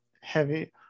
Heavy